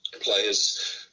players